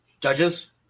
Judges